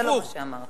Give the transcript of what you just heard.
זה לא מה שאמרתי.